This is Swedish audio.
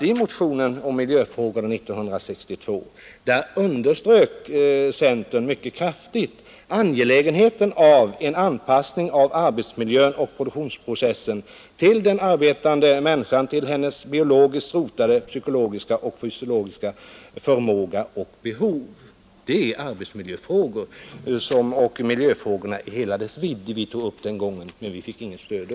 I motionen om miljöfrågorna 1962 underströk centerpartiet mycket kraftigt angelägenheten av en anpassning av arbetsmiljön och produktionsprocessen till den arbetande människan, till hennes biologiskt rotade psykologiska och fysiologiska förmåga och behov. Det var miljöfrågorna i hela deras vidd som vi tog upp den gången, men vi fick inget stöd då.